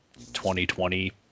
2020